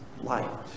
light